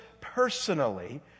personally